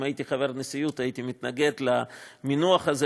אם הייתי חבר נשיאות הייתי מתנגד למינוח הזה.